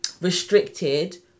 restricted